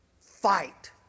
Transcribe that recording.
fight